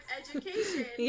education